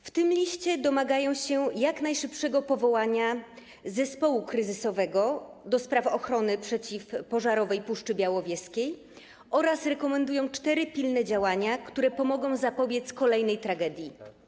W tym liście domagają się jak najszybszego powołania zespołu kryzysowego do spraw ochrony przeciwpożarowej Puszczy Białowieskiej oraz rekomendują cztery pilne działania, które pomogą zapobiec kolejnej tragedii.